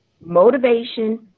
motivation